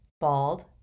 bald